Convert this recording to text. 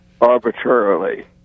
arbitrarily